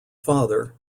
father